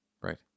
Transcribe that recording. right